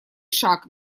шаг